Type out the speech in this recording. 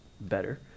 better